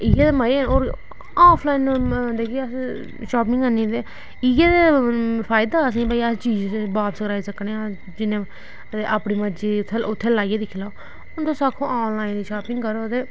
इ'यै ते मजे न होर आफलाइन जाइयै अस शापिंग करनी ते इ'यै ते फायदा असेंगी भाई अस चीज वापस कराई सकने आं जिन्ने अपनी अपनी मर्जी दी उत्थै लाइयै दिक्खी लैओ हून तुस आक्खो आनलाइन शापिंग करो ते